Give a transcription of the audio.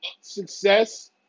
Success